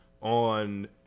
on